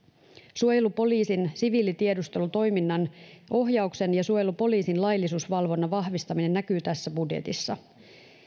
suojelupoliisin siviilitiedustelutoiminnan ohjauksen ja suojelupoliisin laillisuusvalvonnan vahvistaminen näkyy tässä budjetissa